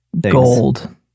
gold